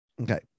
Okay